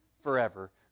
forever